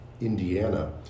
Indiana